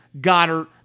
Goddard